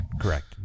Correct